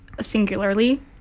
singularly